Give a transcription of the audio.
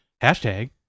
hashtag